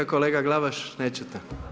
Kolega Glavaš, nećete?